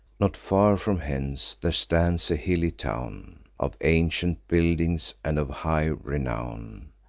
not far from hence there stands a hilly town, of ancient building, and of high renown,